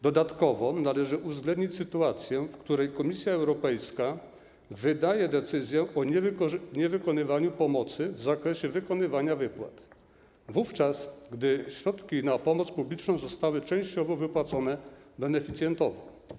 Dodatkowo należy uwzględnić sytuację, w której Komisja Europejska wydaje decyzję o niewykonywaniu pomocy w zakresie wykonywania wypłat, wówczas gdy środki na pomoc publiczną zostały częściowo wypłacone beneficjentowi.